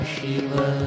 Shiva